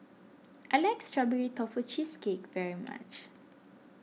I like Strawberry Tofu Cheesecake very much